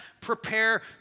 prepare